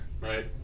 right